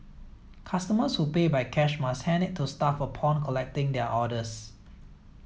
customers who pay by cash must hand it to staff upon collecting their orders